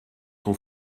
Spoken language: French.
son